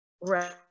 Right